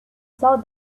saw